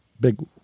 big